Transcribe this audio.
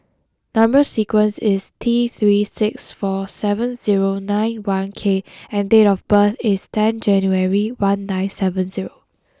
number sequence is T three six four seven zero nine one K and date of birth is ten January one nine seven zero